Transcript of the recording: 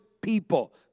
people